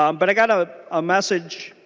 um but i've got a ah message.